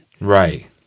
Right